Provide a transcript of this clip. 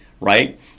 Right